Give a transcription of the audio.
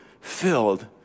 filled